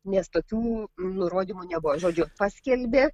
nes tokių nurodymų nebuvo žodžiu paskelbė